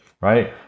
right